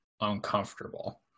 uncomfortable